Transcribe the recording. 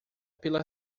pela